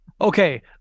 Okay